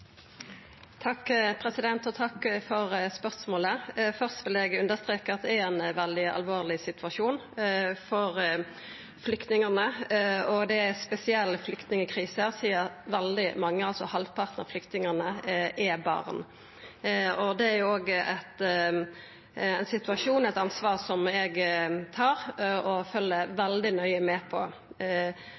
Takk for spørsmålet. Først vil eg streka under at det er ein veldig alvorleg situasjon for flyktningane, og det er ei spesiell flyktningkrise sidan veldig mange, altså halvparten av flyktningane er barn. Det er eit ansvar eg tar, og ein situasjon som eg følgjer veldig nøye med på.